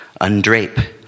Undrape